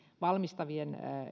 valmistavien